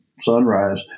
sunrise